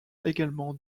également